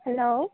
hello